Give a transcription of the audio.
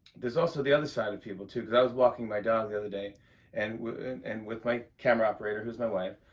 there's also the other side of people, too, because i was walking my dog the other day and and with my camera operator, who's my wife.